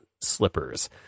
slippers